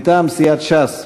מטעם סיעת ש"ס,